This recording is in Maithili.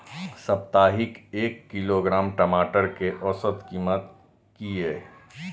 साप्ताहिक एक किलोग्राम टमाटर कै औसत कीमत किए?